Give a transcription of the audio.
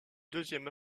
deuxième